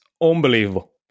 unbelievable